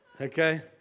okay